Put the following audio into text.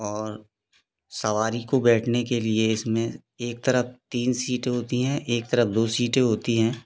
और सवारी को बैठने के लिए इसमें एक तरफ तीन सीट होती हैं एक तरफ दो सीटें होती हैं